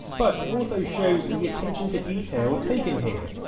but it also shows and the attention to detail taken here.